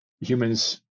humans